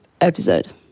episode